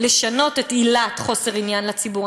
לשנות את עילת חוסר עניין לציבור.